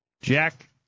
Jack